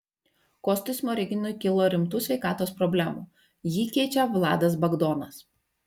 kostui smoriginui kilo rimtų sveikatos problemų jį keičia vladas bagdonas